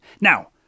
Now